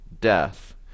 death